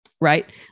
right